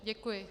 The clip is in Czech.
Děkuji.